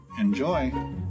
Enjoy